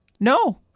No